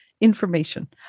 information